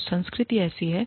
तो संस्कृति ऐसी है